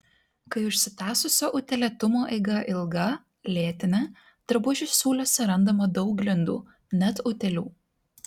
kai užsitęsusio utėlėtumo eiga ilga lėtinė drabužių siūlėse randama daug glindų net utėlių